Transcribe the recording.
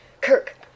Kirk